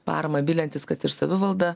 parama viliantis kad ir savivalda